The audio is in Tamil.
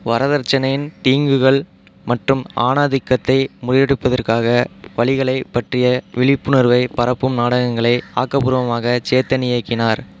வரதட்சணையின் தீங்குகள் மற்றும் ஆணாதிக்கத்தை முறியடிப்பதற்காக வழிகளை பற்றிய விழிப்புணர்வை பரப்பும் நாடகங்களை ஆக்கப்பூர்வமாக சேத்தன் இயக்கினார்